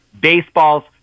Baseball's